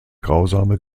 grausame